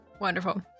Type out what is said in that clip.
Wonderful